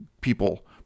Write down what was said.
people